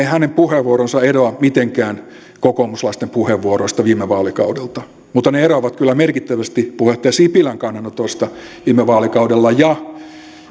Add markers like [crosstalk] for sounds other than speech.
[unintelligible] hänen puheenvuoronsa eroa mitenkään kokoomuslaisten puheenvuoroista viime vaalikaudelta mutta ne eroavat kyllä merkittävästi puheenjohtaja sipilän kannanotoista viime vaalikaudella ja